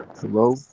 Hello